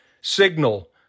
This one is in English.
signal